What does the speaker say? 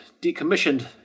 decommissioned